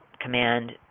command